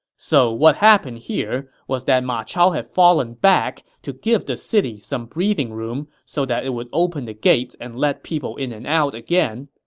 so what happened here was that ma chao had fallen back to give the city some breathing room so that it would open the gates and let people in and out again.